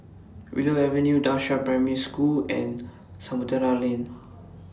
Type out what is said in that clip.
Willow Avenue DA Qiao Primary School and Samudera Lane